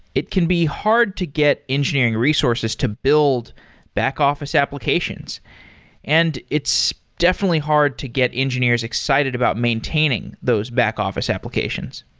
it can be hard to get engineering resources to build back-office applications and it's definitely hard to get engineers excited about maintaining those back-office applications.